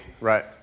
Right